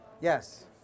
yes